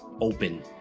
open